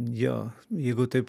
jo jeigu taip